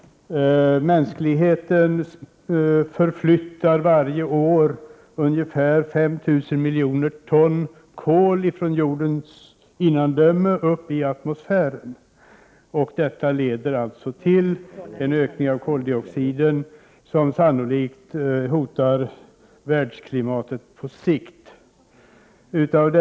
Mänskligheten förflyttar varje år ungefär 5 000 miljoner ton kol från jordens innandöme upp i atmosfären. Detta leder alltså till en ökning av koldioxiden som sannolikt hotar världsklimatet på sikt.